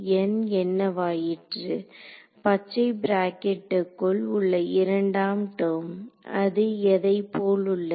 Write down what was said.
N என்னவாயிற்று பச்சை பிராக்கெட்டுக்குள் உள்ள இரண்டாம் டெர்ம் அது எதை போல் உள்ளது